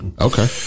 Okay